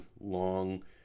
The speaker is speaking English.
Long